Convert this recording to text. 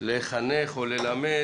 לחנך או ללמד,